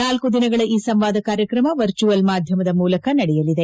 ನಾಲ್ಕು ದಿನಗಳ ಈ ಸಂವಾದ ಕಾರ್ಯಕ್ರಮ ವರ್ಚುಯಲ್ ಮಾಧ್ಯಮದ ಮೂಲಕ ನಡೆಯಲಿದೆ